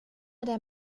der